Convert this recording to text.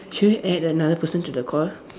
should we add another person to the call